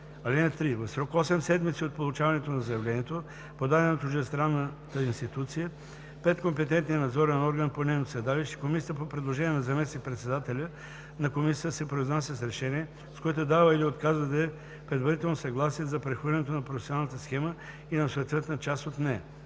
(3) В срок 8 седмици от получаването на заявлението, подадено от чуждестранната институция пред компетентния надзорен орган по нейното седалище, комисията по предложение на заместник-председателя на комисията се произнася с решение, с което дава или отказва да даде предварително съгласие за прехвърлянето на професионалната схема или на съответната част от нея.